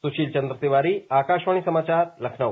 सुशील चन्द्र तिवारी आकाशवाणी समाचार लखनऊ